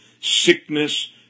sickness